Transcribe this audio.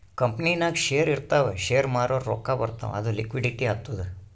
ಕಂಪನಿನಾಗ್ ಶೇರ್ ಇರ್ತಾವ್ ಶೇರ್ ಮಾರೂರ್ ರೊಕ್ಕಾ ಬರ್ತಾವ್ ಅದು ಲಿಕ್ವಿಡಿಟಿ ಆತ್ತುದ್